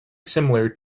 similar